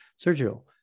Sergio